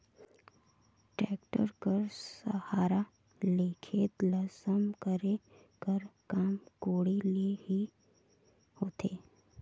tractor कर सहारा ले खेत ल सम करे कर काम कोड़ी ले ही होथे